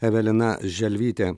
evelina želvytė